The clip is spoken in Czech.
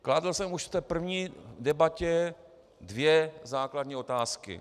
Kladl jsem už v první debatě dvě základní otázky.